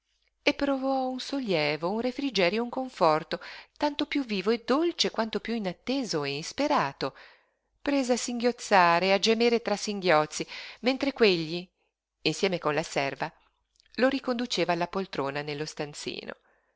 e provò un sollievo un refrigerio un conforto tanto piú vivo e dolce quanto piú inatteso e insperato prese a singhiozzare a gemere tra singhiozzi mentre quegli insieme con la serva lo riconduceva alla poltrona nello stanzino